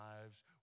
lives